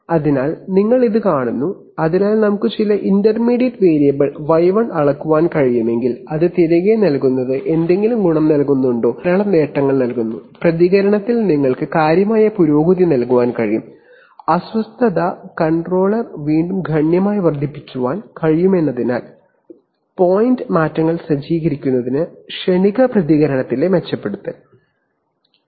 അതിനാൽ നിങ്ങൾ അത് കാണുന്നു അതിനാൽ നമുക്ക് ചില ഇന്റർമീഡിയറ്റ് വേരിയബിൾ y1 അളക്കാൻ കഴിയുമെങ്കിൽ അത് തിരികെ നൽകുന്നത് എന്തെങ്കിലും ഗുണം നൽകുന്നുണ്ടോ യഥാർത്ഥത്തിൽ ഇത് ധാരാളം നേട്ടങ്ങൾ നൽകുന്നു അസ്വസ്ഥത മൂലമുള്ളപ്രതികരണത്തിൽ നിങ്ങൾക്ക് കാര്യമായ പുരോഗതി നൽകാൻ കഴിയും set പോയിന്റ് മാറ്റങ്ങൾ സജ്ജീകരിക്കുന്നത് വഴിയുള്ള ക്ഷണിക പ്രതികരണത്തിലെ മെച്ചപ്പെടുത്തൽ ഇതുമൂലം സംഭവിക്കുന്നു